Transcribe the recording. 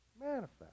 manifest